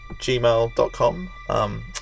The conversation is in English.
gmail.com